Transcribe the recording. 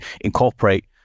incorporate